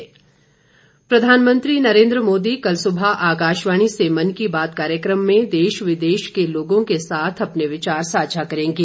मन की बात प्रधानमंत्री नरेन्द्र मोदी कल सुबह आकाशवाणी से मन की बात कार्यक्रम में देश विदेश के लोगों के साथ अपने विचार साझा करेंगे